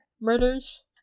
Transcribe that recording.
murders